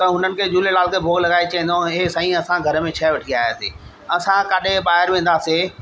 त हुननि खे झूलेलाल खे भोॻु लॻाए चवंदो हे साईं असां घर में शइ वठी आयासीं असां काॾे ॿाहिरि वेंदासीं